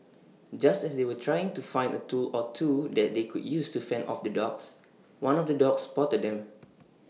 just as they were trying to find A tool or two that they could use to fend off the dogs one of the dogs spotted them